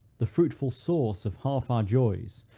the fruitful source of half our joys,